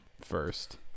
first